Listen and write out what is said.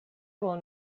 will